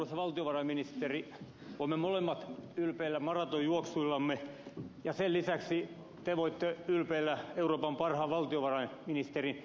arvoisa valtiovarainministeri voimme molemmat ylpeillä maratonjuoksuillamme ja sen lisäksi te voitte ylpeillä euroopan parhaan valtiovarainministerin tittelistä